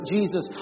Jesus